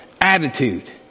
attitude